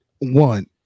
One